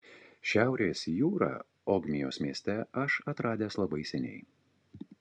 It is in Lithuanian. šiaurės jūrą ogmios mieste aš atradęs labai seniai